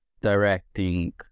directing